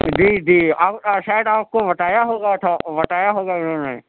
جى جی شاید آپ کو بتايا ہوگا تھا بتایا ہوگا انہوں نے